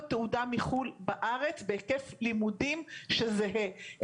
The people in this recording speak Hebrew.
תעודה מחו"ל בארץ בהיקף לימודים שזהה,